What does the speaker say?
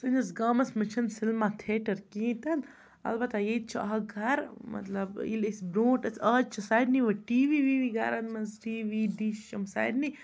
سٲنِس گامَس منٛز چھِنہٕ سِنِما ٹھیٹَر کِہیٖنۍ تہِ نہٕ البتہ ییٚتہِ چھُ اَکھ گَرٕ مطلب ییٚلہِ أسۍ بروںٛٹھ ٲسۍ اَز چھِ سارنی وۄنۍ ٹی وی وی وی گَرَن منٛز ٹی وی ڈِش یِم سارنی